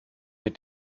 sich